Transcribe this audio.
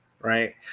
right